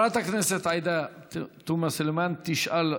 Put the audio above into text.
חברת הכנסת עאידה תומא סלימאן תשאל.